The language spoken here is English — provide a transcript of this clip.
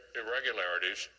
irregularities